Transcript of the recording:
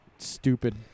Stupid